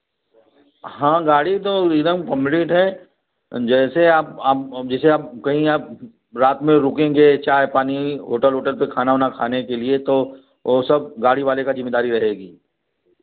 हाँ गाड़ी तो एकदम कम्पलीट है जैसे अब अब अब जैसे अब कहीं आप रात में रुकेंगे चाय पानी होटल ओटल पर खाना उना खाने के लिए तो वह सब गाड़ी वाले का ज़िम्मेदारी रहेगी